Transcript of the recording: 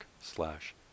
slash